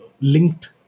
linked